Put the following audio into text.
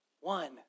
One